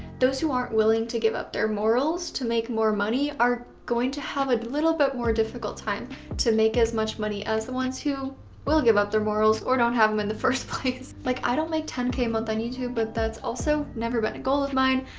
those who aren't willing to give up their morals to make more money are going to have a little bit more difficult time to make as much money as the ones who will give up their morals or don't have them in the first place. like i don't make ten k a month on youtube but that's also never been a goal of mine.